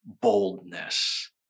boldness